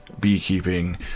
beekeeping